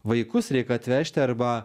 vaikus reik atvežti arba